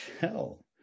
hell